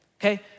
Okay